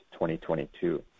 2022